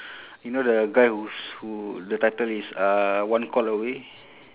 you know the guy whose who the title is uh one call away